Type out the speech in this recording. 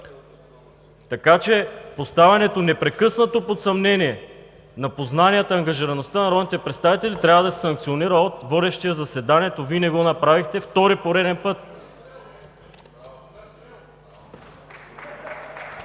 Хамид.) Поставянето непрекъснато под съмнение на познанията и ангажираността на народните представители трябва да се санкционира от водещия заседанието. Вие не го направихте втори пореден път.